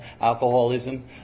alcoholism